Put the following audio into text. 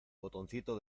botoncito